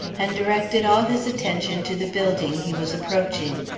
and directed all his attention to the building he was approaching.